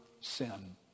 sin